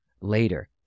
later